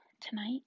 tonight